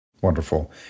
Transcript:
Wonderful